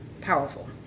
Powerful